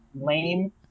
lame